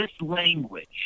language